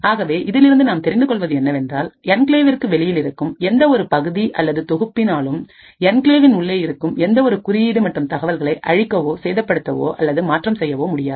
ஆகவே இதிலிருந்து நாம் தெரிந்து கொள்வது என்னவென்றால் என்கிளேவ்விற்கு வெளியில் இருக்கும் எந்த ஒரு பகுதி அல்லது தொகுப்பின் ஆளும் என்கிளேவ் இன் உள்ளே இருக்கும் எந்த ஒரு குறியீடு மற்றும் தகவல்களை அழிக்கவோசேதப்படுத்துவது அல்லது மாற்றம் செய்யவோ முடியாது